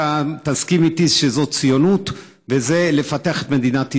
אתה תסכים איתי שזו ציונות וזה לפתח את מדינת ישראל.